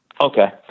Okay